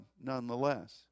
nonetheless